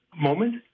moment